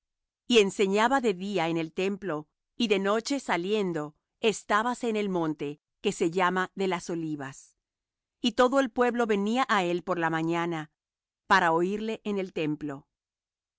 y enseñaba de día en el templo y de noche saliendo estábase en el monte que se llama de las olivas y todo el pueblo venía á él por la mañana para oirle en el templo y